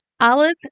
olive